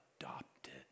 adopted